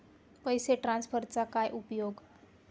पैसे ट्रान्सफरचा काय उपयोग?